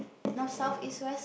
North South East West